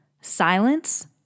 silence